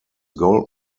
gold